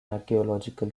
archaeological